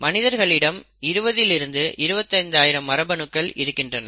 மனிதர்களிடம் 20 இல் இருந்து 25 ஆயிரம் மரபணுக்கள் இருக்கின்றன